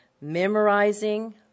memorizing